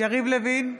יריב לוין,